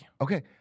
Okay